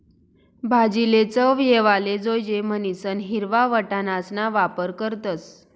भाजीले चव येवाले जोयजे म्हणीसन हिरवा वटाणासणा वापर करतस